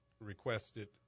requested